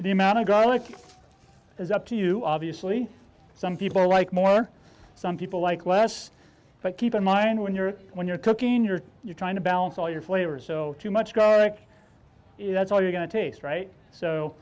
the amount of garlic is up to you obviously some people like more some people like less but keep in mind when you're when you're cooking you're trying to balance all your flavors so too much go like that's all you're going to taste right so